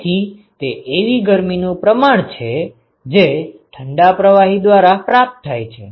તેથી તે એવી ગરમીનું પ્રમાણ છે જે ઠંડા પ્રવાહી દ્વારા પ્રાપ્ત થાય છે